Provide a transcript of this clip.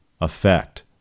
effect